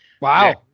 wow